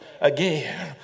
again